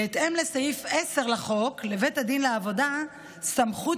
בהתאם לסעיף 10 לחוק לבית הדין לעבודה סמכות